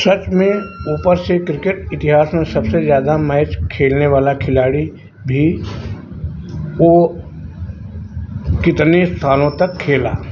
सच में ऊपर से क्रिकेट इतिहास में सबसे ज़्यादा मैच खेलने वाला खिलाड़ी भी वह कितने सालों तक खेला